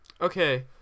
Okay